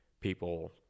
people